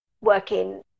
working